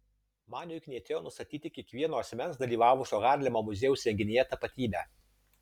maniui knietėjo nustatyti kiekvieno asmens dalyvavusio harlemo muziejaus renginyje tapatybę